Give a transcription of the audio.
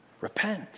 Repent